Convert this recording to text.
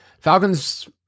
Falcons